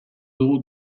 dugu